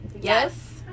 Yes